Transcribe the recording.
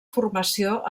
formació